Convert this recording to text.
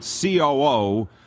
COO